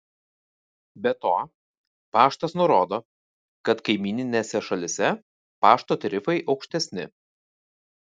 be to paštas nurodo kad kaimyninėse šalyse pašto tarifai aukštesni